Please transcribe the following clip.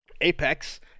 apex